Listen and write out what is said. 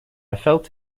felt